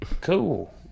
Cool